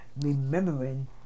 remembering